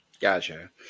Gotcha